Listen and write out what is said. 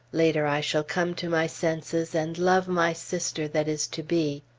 later i shall come to my senses and love my sister that is to be.